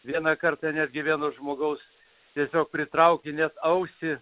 vieną kartą netgi vieno žmogaus tiesiog pritraukė net ausį